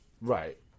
Right